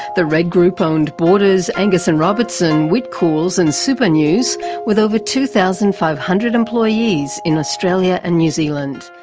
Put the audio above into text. the redgroup owned borders, angus and robertson, whitcoulls and supanews with over two thousand five hundred employees in australia and new zealand.